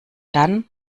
dann